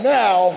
now